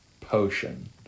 potion